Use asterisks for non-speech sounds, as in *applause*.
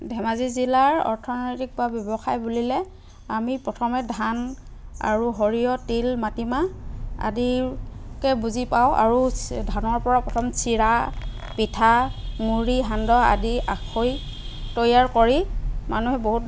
ধেমাজি জিলাৰ অৰ্থনৈতিক বা ব্যৱসায় বুলিলে আমি প্ৰথমে ধান আৰু সৰিয়হ তিল মাটিমাহ আদিকে বুজি পাওঁ আৰু *unintelligible* ধানৰ পৰা প্ৰথম চিৰা পিঠা মুড়ি সান্দহ আদি আখৈ তৈয়াৰ কৰি মানুহে বহুত